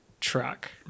truck